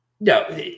no